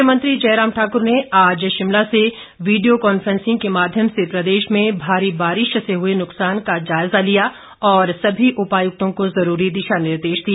मुख्यमंत्री जयराम ठाकुर ने आज शिमला से वीडियो कॉन्फ्रेंसिंग के माध्यम से प्रदेश में भारी बारिश से हुए नुकसान का जायजा लिया और सभी उपायुक्तों को जरूरी दिशा निर्देश दिए